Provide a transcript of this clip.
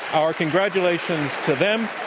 our congratulations to them.